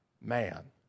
man